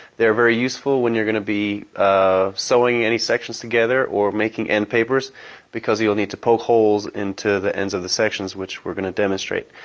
they're very useful when you are going to be ah sewing any sections together or making endpapers because you'll need to poke holes into the ends of the sections which we're going to demonstrate.